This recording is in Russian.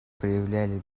проявляли